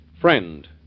Friend